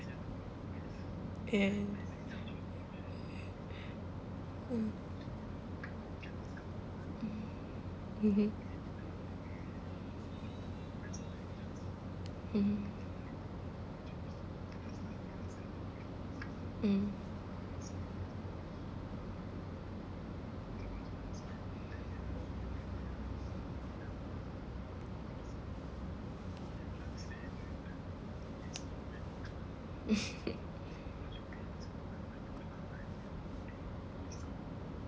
ya ya ya mm mm mmhmm mmhmm mm